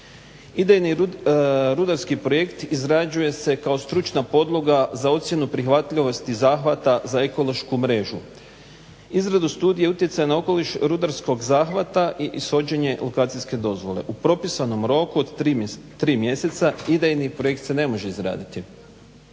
Idejni rudarski projekt izrađuje se kao stručna podloga za ocjenu prihvatljivosti zahvata za ekološku mrežu. Izradu studije utjecaja na okoliš rudarskog zahvata i ishođenje lokacijske dozvole u propisanom roku od 3 mjeseca idejni projekt se ne može izraditi.